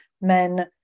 men